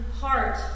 heart